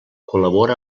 col·labora